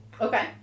Okay